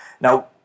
Now